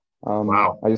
Wow